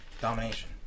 domination